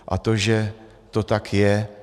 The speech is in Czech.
A to, že to tak je...